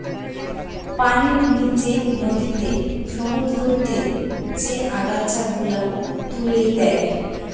পানির নিচে নদীতে, সমুদ্রতে যে আগাছা গুলা তুলে দে